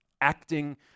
acting